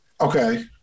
okay